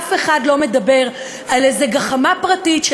אף אחד לא מדבר על איזה גחמה פרטית של